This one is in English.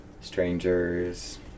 strangers